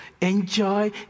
enjoy